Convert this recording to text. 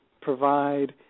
provide